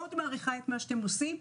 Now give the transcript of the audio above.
מאוד מעריכה את מה שאתם עושים,